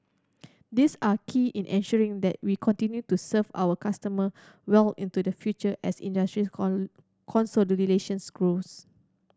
these are key in ensuring that we continue to serve our customer well into the future as industries consolidation grows